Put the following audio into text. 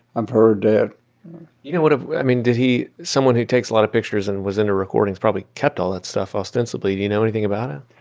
i've heard that you know what ah i mean, did he someone who takes a lot of pictures and was into recordings probably kept all that stuff, ostensibly. do you know anything about it?